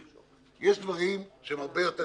יש דברים שהם הרבה יותר